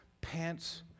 pants